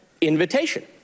invitation